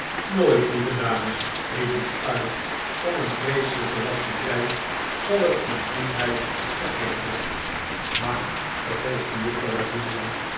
nooit lieve dames riep ik uit van een vreeselijken last bevrijd zal ik uw goedheid vergeten maar vervolgde juffrouw lavinia